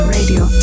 Radio